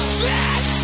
fix